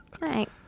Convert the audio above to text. right